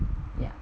ya